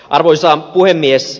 arvoisa puhemies